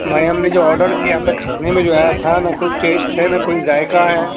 بھائی ہم نے جو آڈر کیا تھا کھانے میں جو آیا تھا نہ کوئی ٹیسٹ ہے نہ کوئی ذائقہ ہے